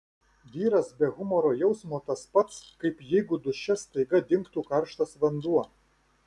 vyras be humoro jausmo tas pats kaip jeigu duše staiga dingtų karštas vanduo